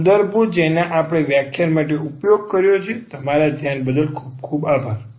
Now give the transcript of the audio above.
આ તે સંદર્ભો છે જેનો આપણે વ્યાખ્યાન માટે ઉપયોગ કર્યો છે તમારા ધ્યાન બદલ આભાર